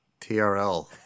TRL